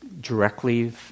directly